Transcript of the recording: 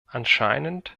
anscheinend